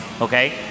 Okay